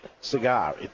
cigar